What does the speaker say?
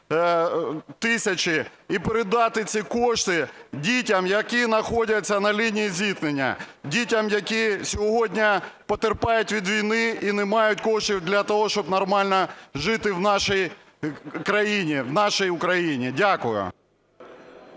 тисячі і передати ці кошти дітям, які знаходяться на лінії зіткнення, дітям, які сьогодні потерпають від війни і не мають коштів для того, щоб нормально жити в нашій країні, в нашій Україні. Дякую.